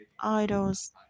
idols